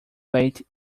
late